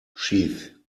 sheath